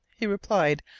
he replied,